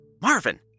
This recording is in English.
Marvin